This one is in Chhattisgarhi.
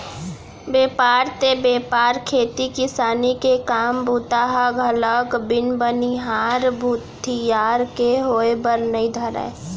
बेपार ते बेपार खेती किसानी के काम बूता ह घलोक बिन बनिहार भूथियार के होय बर नइ धरय